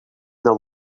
their